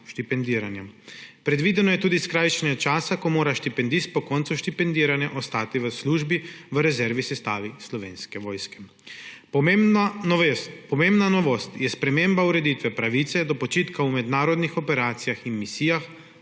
štipendiranja. Predvideno je tudi skrajšanje časa, ko mora štipendist po koncu štipendiranja ostati v službi v rezervni sestavi Slovenske vojske. Pomembna novost je sprememba ureditve pravice do počitka v mednarodnih operacijah in misijah,